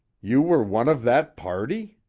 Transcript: you were one of that party?